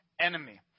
enemy